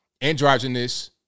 Androgynous